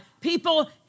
People